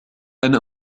أنا